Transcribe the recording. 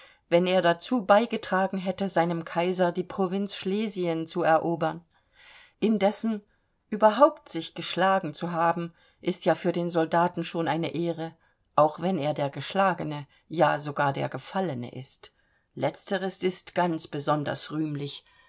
wenn er dazu beigetragen hätte seinem kaiser die provinz schlesien zu erobern indessen überhaupt sich geschlagen zu haben ist ja für den soldaten schon eine ehre auch wenn er der geschlagene ja sogar der gefallene ist letzteres ist ganz besonders rühmlich